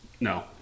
No